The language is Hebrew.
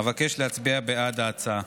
אבקש להצביע בעד ההצעה.